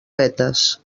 vetes